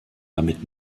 damit